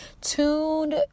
tuned